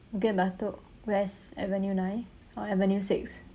bukit-batok west avenue nine or avenue six